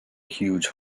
huge